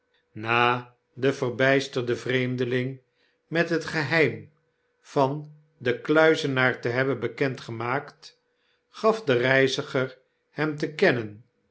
na den verbjjsterden vreemdeling met het geheim van den kluizenaar te hebben bekend gemaakt gaf de reiziger hem te kennen